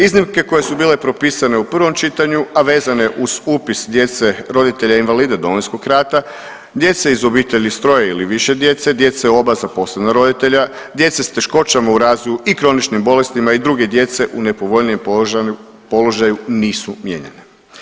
Iznimke koje su bile propisane u 1. čitanju, a vezane uz upis djece roditelja invalida Domovinskog rata, djece iz obitelji s 3 ili više djece, djece oba zaposlena roditelja, djece s teškoćama razvoju i kroničnim bolestima i druge djece u nepovoljnijem položaju nisu mijenjane.